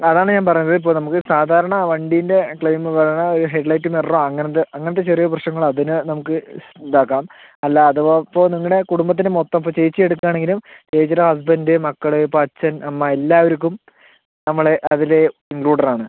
അത് ആണ് ഞാൻ പറഞ്ഞത് ഇപ്പോൾ നമുക്ക് സാധാരണ വണ്ടീൻ്റെ ക്ലെയിമുകളോ ഹെഡ് ലൈറ്റ് മിററോ അങ്ങനത്തെ അങ്ങനത്തെ ചെറിയ പ്രശ്നങ്ങൾ അതിന് നമുക്ക് ഇതാക്കാം അല്ല അഥവാ ഇപ്പോൾ നിങ്ങളുടെ കുടുംബത്തിന് മൊത്തം ഇപ്പോൾ ചേച്ചി എടുക്കുക ആണെങ്കിലും ചേച്ചീടെ ഹസ്ബൻഡ് മക്കള് ഇപ്പോ അച്ഛൻ അമ്മ എല്ലാവർക്കും നമ്മളെ അതില് ഇൻക്ലൂഡഡ് ആണ്